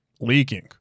leaking